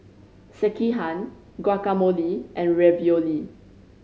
Sekihan Guacamole and Ravioli